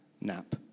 nap